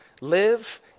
live